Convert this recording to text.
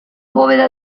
bóveda